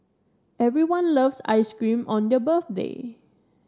everyone loves ice cream on their birthday